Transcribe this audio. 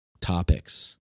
topics